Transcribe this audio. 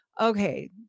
okay